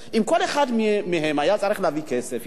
אם כל אחד מהם היה צריך להביא כסף אתו,